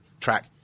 track